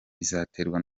bizaterwa